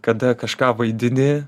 kada kažką vaidini